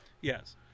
Yes